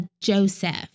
Joseph